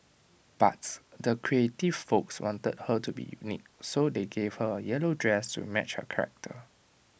but the creative folks wanted her to be unique so they gave her A yellow dress to match her character